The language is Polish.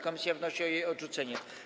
Komisja wnosi o jej odrzucenie.